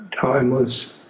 Timeless